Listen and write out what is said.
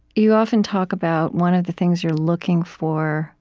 you often talk about one of the things you're looking for